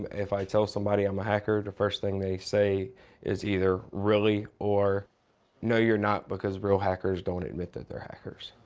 if i tell somebody i'm a hacker, the first thing they say is either, really or no you're not because real hackers don't admit that they're hackers.